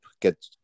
get